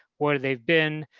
where they've been,